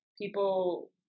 people